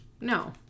No